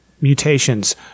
mutations